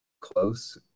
close